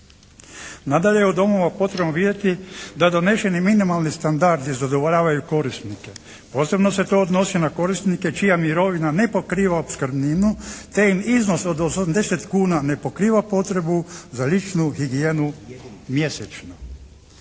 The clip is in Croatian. Nadalje je u domovima potrebno vidjeti da doneseni minimalni standardi zadovoljavaju korisnike. Posebno se to odnosi na korisnike čija mirovina ne pokriva opskrbninu te im iznos od 80 kuna ne pokriva potrebu za ličnu higijenu mjesečnu.